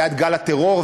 היה גל הטרור,